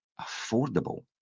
affordable